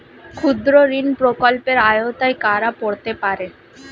ক্ষুদ্রঋণ প্রকল্পের আওতায় কারা পড়তে পারে?